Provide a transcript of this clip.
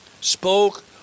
spoke